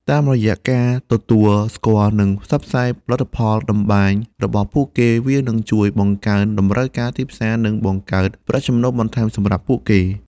តាមរយៈការទទួលស្គាល់និងផ្សព្វផ្សាយផលិតផលតម្បាញរបស់ពួកគេ វានឹងជួយបង្កើនតម្រូវការទីផ្សារនិងបង្កើតប្រាក់ចំណូលបន្ថែមសម្រាប់ពួកគេ។